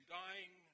dying